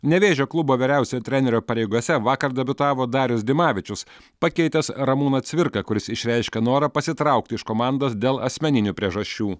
nevėžio klubo vyriausiojo trenerio pareigose vakar debiutavo darius dimavičius pakeitęs ramūną cvirką kuris išreiškė norą pasitraukti iš komandos dėl asmeninių priežasčių